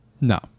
No